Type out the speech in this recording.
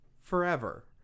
forever